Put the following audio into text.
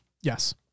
Yes